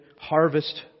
harvest